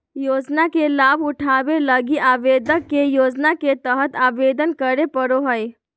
योजना के लाभ उठावे लगी आवेदक के योजना के तहत आवेदन करे पड़ो हइ